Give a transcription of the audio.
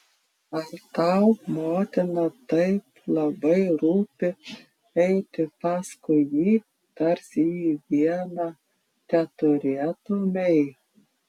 ar tau motina taip labai rūpi eiti paskui jį tarsi jį vieną teturėtumei